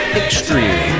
extreme